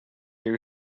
you